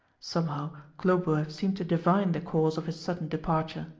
somehow khlobuev seemed to divine the cause of his sudden departure.